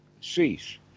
cease